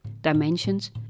dimensions